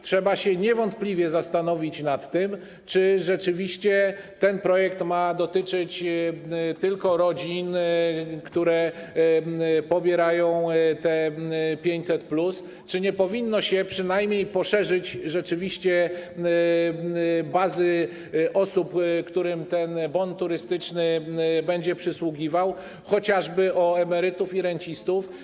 Trzeba się niewątpliwie zastanowić nad tym, czy rzeczywiście ten projekt ma dotyczyć tylko rodzin, które pobierają 500+, czy nie powinno się poszerzyć bazy osób, którym ten bon turystyczny będzie przysługiwał, chociażby o emerytów i rencistów.